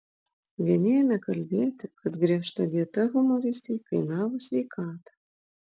vieni ėmė kalbėti kad griežta dieta humoristei kainavo sveikatą